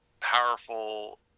powerful